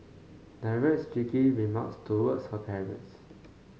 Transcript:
directs cheeky remarks towards her parents